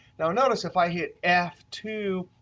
now notice if i hit f two,